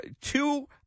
two